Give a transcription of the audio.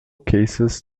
cases